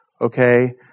okay